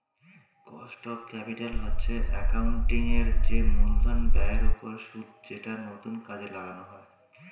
cost of capital হচ্ছে accounting এর যে মূলধন ব্যয়ের ওপর সুদ যেটা নতুন কাজে লাগানো হয়